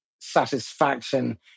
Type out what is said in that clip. satisfaction